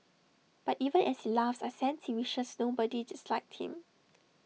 but even as he laughs I sense he wishes nobody disliked him